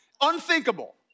Unthinkable